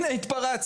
הנה, אני מתפרץ.